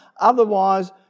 Otherwise